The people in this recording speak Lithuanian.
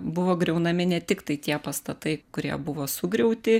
buvo griaunami ne tiktai tie pastatai kurie buvo sugriauti